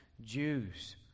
Jews